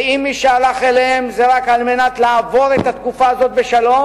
שאם מי שהלך אליהן זה רק על מנת לעבור את התקופה הזאת בשלום,